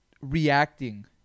reacting